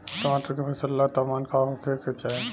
टमाटर के फसल ला तापमान का होखे के चाही?